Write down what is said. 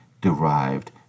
derived